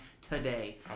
today